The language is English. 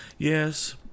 Yes